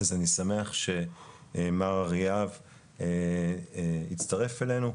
אז אני שמח שמר אריאב מצטרף אלינו.